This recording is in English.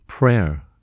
Prayer